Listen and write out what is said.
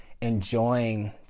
enjoying